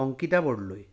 Ankita Bordoloi